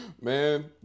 man